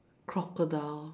crocodile